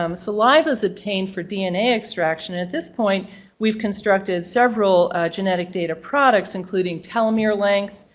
um saliva is obtained for dna extraction. at this point we've constructed several genetic data products including telomere length,